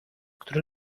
który